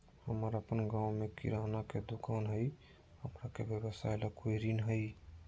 हमर अपन गांव में किराना के दुकान हई, हमरा के व्यवसाय ला कोई ऋण हई?